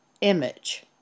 image